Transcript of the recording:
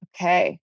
Okay